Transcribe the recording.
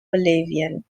bolivian